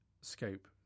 scope